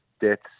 deaths